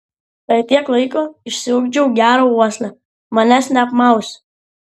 per tiek laiko išsiugdžiau gerą uoslę manęs neapmausi